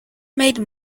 made